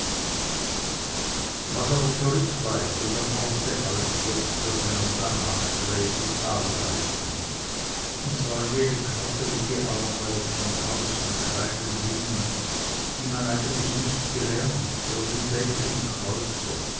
was aber zurückbleibt und am orte alt wird das lernt dann nachträglich arbeiten und zwar jene krabbelige arbeit von tausend kleinen dingen die man eigentlich nicht gelernt für den täglichen kreuzer